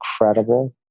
incredible